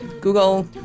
Google